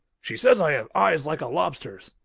she says i have eyes like a lobster's,